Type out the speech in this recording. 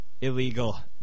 illegal